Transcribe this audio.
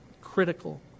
critical